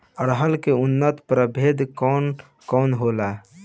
अरहर के उन्नत प्रभेद कौन कौनहोला?